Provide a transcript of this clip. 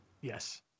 Yes